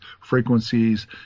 frequencies